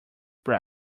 will